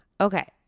Okay